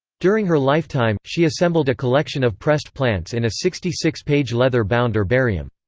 during her lifetime, she assembled a collection of pressed plants in a sixty-six page leather-bound herbarium.